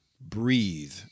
breathe